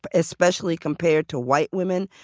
but especially compared to white women.